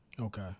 Okay